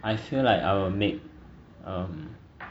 I feel like I'll make um